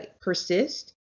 persist